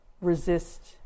resist